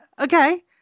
okay